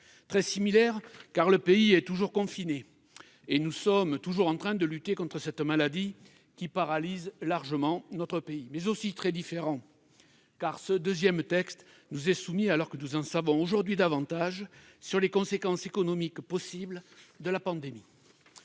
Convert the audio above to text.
Très similaire, car le pays est toujours confiné et nous sommes toujours en train de lutter contre cette maladie qui le paralyse largement. Mais aussi très différent, car ce deuxième texte nous est soumis alors que nous en savons aujourd'hui davantage sur les conséquences économiques possibles de la pandémie.